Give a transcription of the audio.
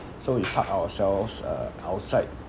so we parked ourselves uh outside